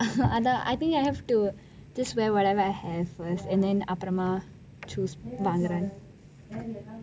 அதான்:athaan I think I have to just wear whatever I have first and then அப்ரமாக:apramaka choose ~